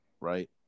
right